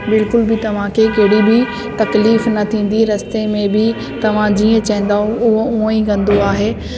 बिल्कुल बि तव्हांखे कहिड़ी बि तकलीफ़ न थींदी रस्ते में बि तव्हां जीअं चवंदो उहा हूअं ई कंदो आहे